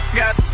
got